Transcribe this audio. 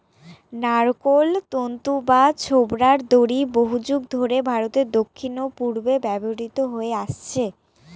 নারকোল তন্তু বা ছোবড়ার দড়ি বহুযুগ ধরে ভারতের দক্ষিণ ও পূর্বে ব্যবহৃত হয়ে আসছে